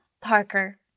Parker